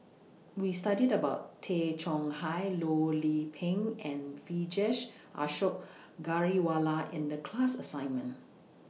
We studied about Tay Chong Hai Loh Lik Peng and Vijesh Ashok Ghariwala in The class assignment